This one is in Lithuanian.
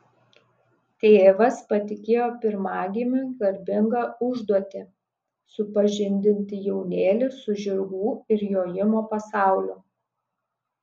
tėvas patikėjo pirmagimiui garbingą užduotį supažindinti jaunėlį su žirgų ir jojimo pasauliu